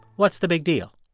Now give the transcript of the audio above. what's the big deal?